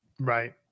Right